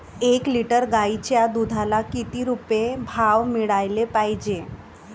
एक लिटर गाईच्या दुधाला किती रुपये भाव मिळायले पाहिजे?